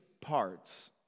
parts